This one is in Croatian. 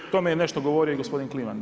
O tome je nešto govorio i gospodin Kliman.